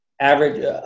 average –